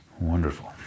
Wonderful